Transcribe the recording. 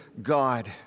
God